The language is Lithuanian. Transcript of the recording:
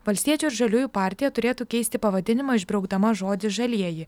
valstiečių ir žaliųjų partija turėtų keisti pavadinimą išbraukdama žodį žalieji